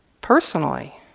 personally